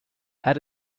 add